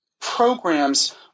programs